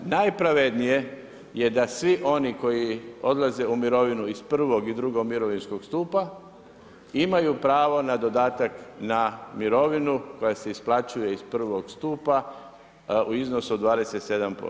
Najpravednije je da svi oni koji odlaze u mirovinu iz prvog i drugog mirovinskog stupa imaju pravo na dodatak na mirovinu koja se isplaćuje iz prvog stupa u iznosu od 27%